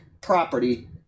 property